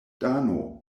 dano